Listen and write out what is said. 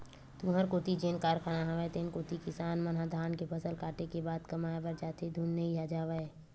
तुँहर कोती जेन कारखाना हवय तेन कोती किसान मन ह धान के फसल कटे के बाद कमाए बर जाथे धुन नइ जावय?